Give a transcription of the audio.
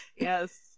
Yes